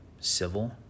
civil